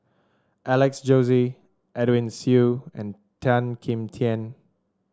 Alex Josey Edwin Siew and Tan Kim Tian